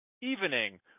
Evening